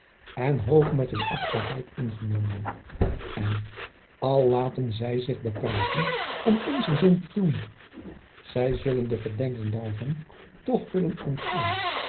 en hoog met hun achtbaarheid ingenomen en al laten zy zich bepraten om onzen zin te doen zy zullen de verdenking daarvan toch willen ontgaan